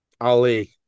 Ali